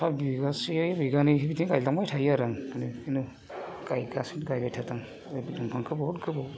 पार बिगासे बिगानै बिदिनो गायलांबाय थायो आरो आं गायगासिनो गायबायथादों बे दंफांखौ बहुद गोबाव